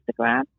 Instagram